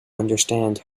understand